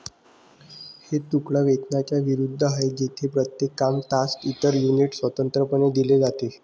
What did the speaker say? हे तुकडा वेतनाच्या विरुद्ध आहे, जेथे प्रत्येक काम, तास, इतर युनिट स्वतंत्रपणे दिले जाते